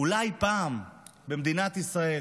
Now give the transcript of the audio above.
אולי פעם במדינת ישראל